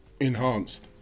enhanced